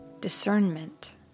Discernment